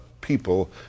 people